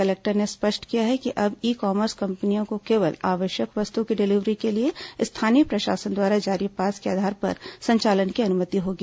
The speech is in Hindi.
कलेक्टर ने स्पष्ट किया है कि अब ई कामर्स कम्पनियों को केवल आवश्यक वस्तुओं की डिलिवरी के लिए स्थानीय प्रशासन द्वारा जारी पास के आधार पर संचालन की अनुमति होगी